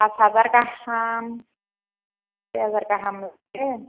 फास हाजार गाहाम सइ हाजार गाहाम लायो